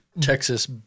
texas